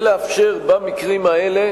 ולאפשר במקרים האלה